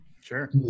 Sure